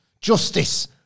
justice